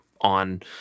on